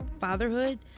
fatherhood